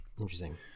interesting